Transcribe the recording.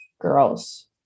girls